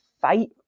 fight